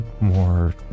more